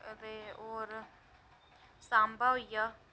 अदे होर सांबा होई गेआ